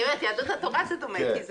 יהדות התורה זה דומה.